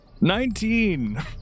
Nineteen